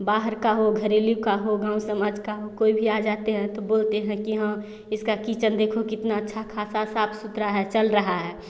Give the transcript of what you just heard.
बाहर का हो घरेलु का हो गाँव समाज का हो कोई भी आ जाते है तो बोलते है की हाँ इसका किचन देखो कितना अच्छा खासा साफ़ सुथरा है चल रहा है